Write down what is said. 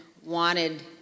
wanted